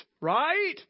Right